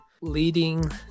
leading